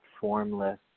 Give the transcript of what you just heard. formless